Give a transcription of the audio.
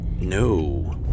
no